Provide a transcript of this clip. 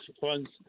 funds